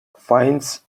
finds